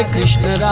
Krishna